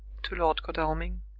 to lord godalming,